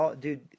dude